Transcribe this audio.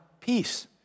peace